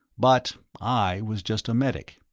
but i was just a medic.